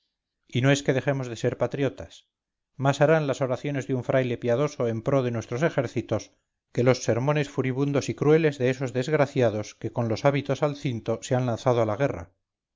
y no es que dejemos de ser patriotas más harán las oraciones de un fraile piadoso en pro de nuestros ejércitos que los sermones furibundos y crueles de esos desgraciados que con los hábitos al cinto se han lanzado a la guerra